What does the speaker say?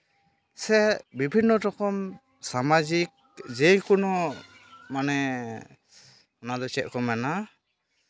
ᱥᱮ ᱵᱤᱵᱷᱤᱱᱱᱚ ᱨᱚᱠᱚᱢ ᱥᱟᱢᱟᱡᱤᱠ ᱡᱮᱭ ᱠᱚᱱᱚ ᱢᱟᱱᱮ ᱚᱱᱟᱫᱚ ᱪᱮᱫ ᱠᱚ ᱢᱮᱱᱟ